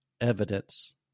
evidence